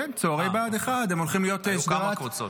כן, צוערי בה"ד 1. אה, היו כמה קבוצות.